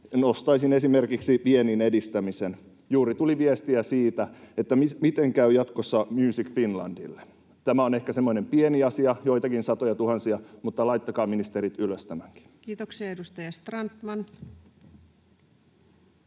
Nostaisin esimerkiksi viennin edistämisen. Juuri tuli viestiä siitä, miten käy jatkossa Music Finlandille. Tämä on ehkä semmoinen pieni asia, joitakin satojatuhansia, mutta laittakaa, ministerit, ylös tämäkin. Kiitoksia. — Edustaja Strandman.